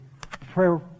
prayer